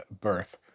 Birth